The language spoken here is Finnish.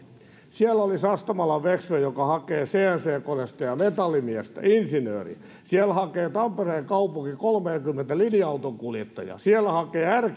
siellä oli sastamalan vexve joka haki cnc koneistajaa metallimiestä insinööriä siellä haki tampereen kaupunki kolmeakymmentä linja autonkuljettajaa siellä haki r